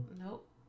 Nope